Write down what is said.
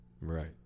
Right